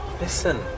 Listen